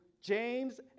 James